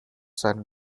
siren